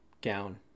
gown